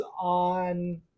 on